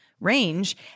range